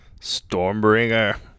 stormbringer